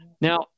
Now